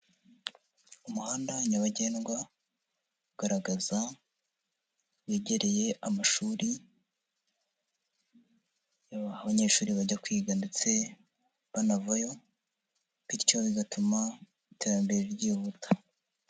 Umuhanda nyabagendwa ugaragaza wegereye amashuri aho abanyeshuri bajya kwiga ndetse banavayo. Bityo bigatuma iterambere ryihuta.